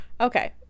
Okay